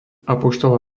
apoštola